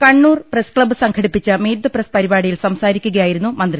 Kannur press club സംഘടിപ്പിച്ച meet the press പരിപാടിയിൽ സംസാരിക്കുകയായിരുന്നു മന്ത്രി